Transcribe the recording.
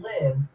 live